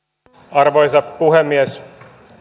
arvoisa puhemies